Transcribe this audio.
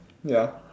ya